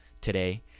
today